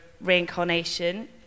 reincarnation